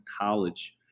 college